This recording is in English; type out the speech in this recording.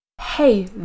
hey